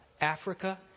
Africa